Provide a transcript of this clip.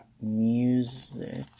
music